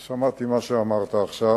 אז שמעתי מה שאמרת עכשיו.